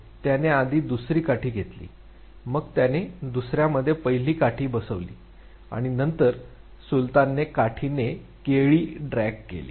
त्याने आधी दुसरी काठी घेतली मग त्याने दुसर्यामध्ये पहिली काठी बसवली आणि नंतर सुलतानने काठीने केळी ड्रॅग केली